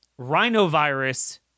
rhinovirus